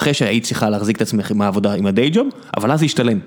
אחרי שהיית צריכה להחזיק את עצמך עם העבודה, עם ה-day job, אבל אז זה השתלם.